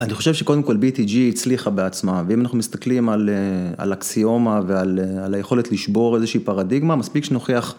אני חושב שקודם כל BTG הצליחה בעצמה ואם אנחנו מסתכלים על אקסיומה ועל היכולת לשבור איזושהי פרדיגמה מספיק שנוכיח